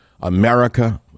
America